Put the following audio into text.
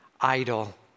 idol